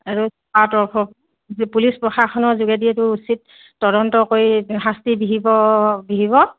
এইটো চৰকাৰৰ তৰফৰপৰা পুলিচ প্ৰশাসনৰ যোগেদি এইটো উচিত তদন্ত কৰি শাস্তি বিহিব বিহিব